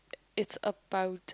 it's about